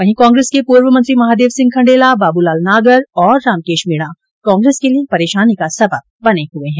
वहीं कांग्रेस के पूर्व मंत्री महादेव सिंह खण्डेला बाबूलाल नागर और रामकेश मीणा कांग्रेस के लिये परेशानी का सबब बने हुए है